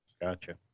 Gotcha